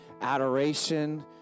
adoration